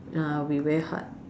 ah it'll be very hard